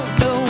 no